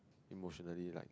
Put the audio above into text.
emotionally right